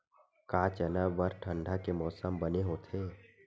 का चना बर ठंडा के मौसम बने होथे?